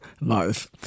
life